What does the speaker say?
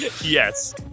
yes